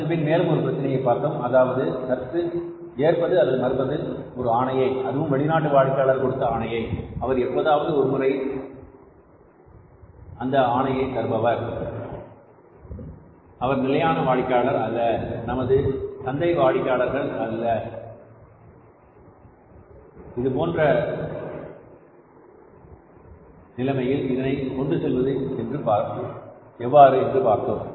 அதன் பின் மேலும் ஒரு பிரச்சனையே பார்த்தோம் அதாவது ஏற்பது அல்லது மறுப்பது ஒரு ஆணையை அதுவும் வெளிநாட்டு வாடிக்கையாளர் கொடுத்த ஆணையை அவர் எப்போதாவது ஒரு முறை அவையாவன ஆணையை தருபவர் அவர் நிலையான வாடிக்கையாளர் அல்ல நமது சந்தை வாடிக்கையாளர் அல்ல இதுபோன்ற ஊழலில் எவ்வாறு இதனை கொண்டு செல்வது என்று பார்த்தோம்